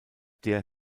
der